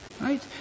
Right